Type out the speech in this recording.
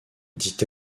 dit